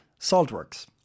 Saltworks